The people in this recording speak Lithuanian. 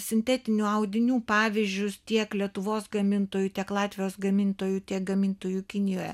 sintetinių audinių pavyzdžius tiek lietuvos gamintojų tiek latvijos gamintojų tiek gamintojų kinijoje